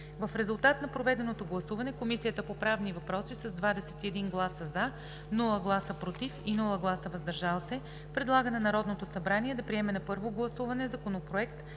В резултат на проведеното гласуване Комисията по правни въпроси с 21 гласа „за“, без гласове „против“ и „въздържал се“ предлага на Народното събрание да приеме на първо гласуване Законопроект